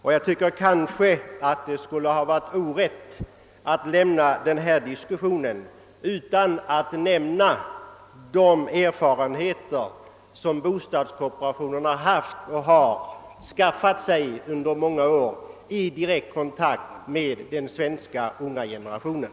Det skulle kanske ha varit orätt mot denna diskussion att inte nämna de erfarenheter i fråga om målsparande som bostadskooperationen har skaffat sig under de många år den varit i nära kontakt med den svenska ungdomen.